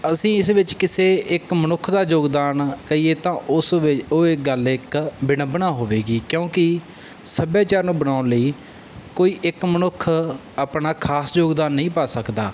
ਅਸੀਂ ਇਸ ਵਿੱਚ ਕਿਸੇ ਇੱਕ ਮਨੁੱਖ ਦਾ ਯੋਗਦਾਨ ਕਹੀਏ ਤਾਂ ਉਸ ਵਿੱਚ ਉਹ ਗੱਲ ਇੱਕ ਵਿਡੰਬਣਾ ਹੋਵੇਗੀ ਕਿਉਂਕਿ ਸੱਭਿਆਚਾਰ ਨੂੰ ਬਣਾਉਣ ਲਈ ਕੋਈ ਇੱਕ ਮਨੁੱਖ ਆਪਣਾ ਖ਼ਾਸ ਯੋਗਦਾਨ ਨਹੀਂ ਪਾ ਸਕਦਾ